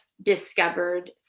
Discovered